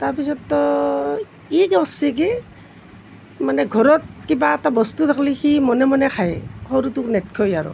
তাৰপিছততো ই কৰিছে কি মানে ঘৰত কিবা এটা বস্তু থাকিলে সি মনে মনে খায় সৰুটোক নিদিবই আৰু